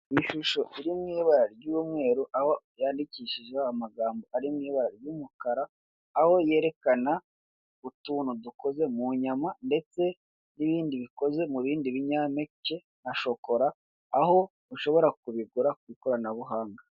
Ishusho iri mu ibara ry'umweru aho yandikishijweho amagambo ari mu ibara ry'umukara aho yerekana utuntu dukoze mu nyama, ndetse n'ibindi bikoze mu bindi binyampeke nka shokora aho ushobora kubigura ku ikoranabuhanga.